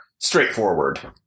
straightforward